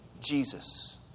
Jesus